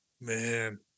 man